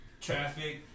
Traffic